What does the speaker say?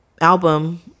album